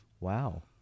Wow